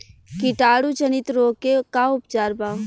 कीटाणु जनित रोग के का उपचार बा?